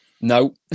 No